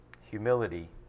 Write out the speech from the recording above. Humility